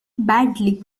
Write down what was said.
badly